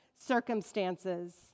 circumstances